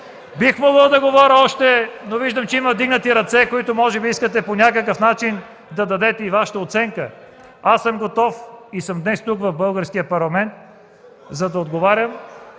Бих могъл да говоря още, но виждам, че има вдигнати ръце. Може би искате по някакъв начин да дадете и Вашата оценка. Аз съм готов и съм днес тук в Българския парламент, за да отговарям